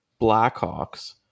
blackhawks